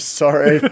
sorry